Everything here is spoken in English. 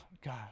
God